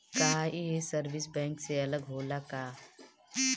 का ये service bank से अलग होला का?